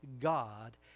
God